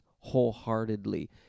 wholeheartedly